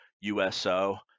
USO